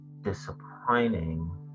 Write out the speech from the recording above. disappointing